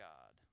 God